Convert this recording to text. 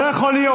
לא יכול להיות,